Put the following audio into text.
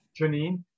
Janine